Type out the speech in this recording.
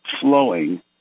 flowing